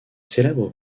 célèbre